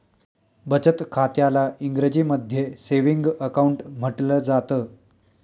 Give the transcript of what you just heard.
बचत खात्याला इंग्रजीमध्ये सेविंग अकाउंट म्हटलं जातं